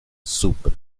súper